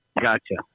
Gotcha